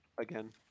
Again